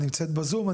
היא נמצאת בזום,